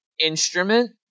instrument